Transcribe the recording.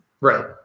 Right